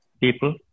people